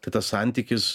tai tas santykis